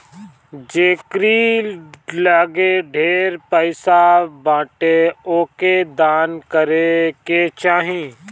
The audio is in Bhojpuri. जेकरी लगे ढेर पईसा बाटे ओके दान करे के चाही